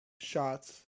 shots